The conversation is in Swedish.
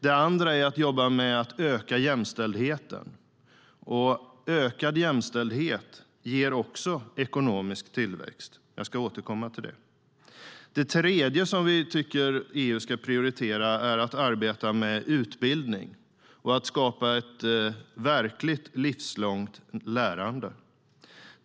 Det andra är att jobba med att öka jämställdheten. Ökad jämställdhet ger också ekonomisk tillväxt. Jag ska återkomma till det. Det tredje som vi tycker att EU ska prioritera är att arbeta med utbildning och att skapa ett verkligt livslångt lärande.